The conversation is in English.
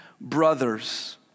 brothers